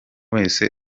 wese